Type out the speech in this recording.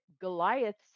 Goliath's